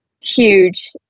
huge